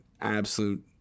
absolute